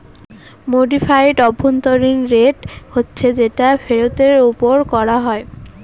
modified অভ্যন্তরীন rate হচ্ছে যেটা ফেরতের ওপর করা হয়